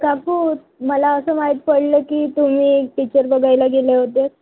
काकू मला असं माहीत पडलं की तुम्ही एक पिच्चर बघायला गेले होते